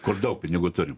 kur daug pinigų turim